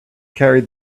carried